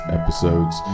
episodes